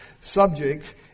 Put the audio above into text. subject